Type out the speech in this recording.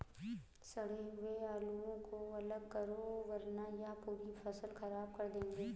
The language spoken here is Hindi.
सड़े हुए आलुओं को अलग करो वरना यह पूरी फसल खराब कर देंगे